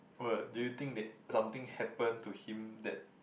what do you think that something happen to him that